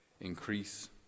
Increase